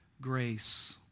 grace